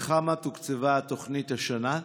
2. בכמה תוקצבה התוכנית השנה?